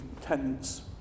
tenants